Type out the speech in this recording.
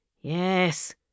Yes